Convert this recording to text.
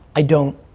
i don't,